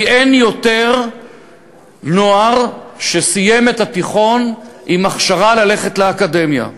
כי אין יותר בני-נוער שסיימו את התיכון עם הכשרה ללכת לאקדמיה,